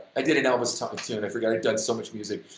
i did an elvis song, tune, i forgot, i've done so much music.